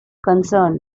concerned